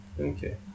Okay